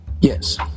Yes